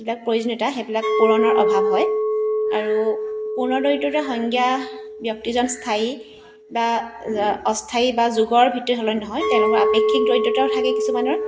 যিবিলাক প্ৰয়োজনীয়তা সেইবিলাক পূৰণৰ অভাৱ হয় আৰু পূৰ্ণ দৰিদ্ৰতাৰ সংজ্ঞা ব্যক্তিজন স্থায়ী বা অস্থায়ী বা যোগৰ ভিত্তি সলনি নহয় তেনেকুৱা আপেক্ষিক দৰিদ্ৰতাও থাকে কিছুমানৰ